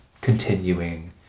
continuing